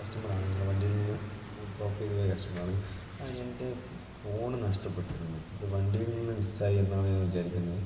customer ആണ് നിങ്ങളെ വണ്ടിയിൽ നിന്ന് ഡ്രോപ്പ് ചെയ്ത് പോയ കസ്റ്റമർ ആണ് ആ എൻ്റെ ഫോണ് നഷ്ടപ്പെട്ടിരുന്നു അത് വണ്ടിയിൽ നിന്ന് മിസ്സായി എന്നാണ് ഞാൻ വിചാരിക്കുന്നത്